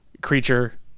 creature